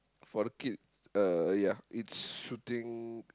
for the kid uh ya it's shooting